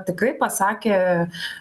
tikai pasakė